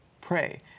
pray